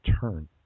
turn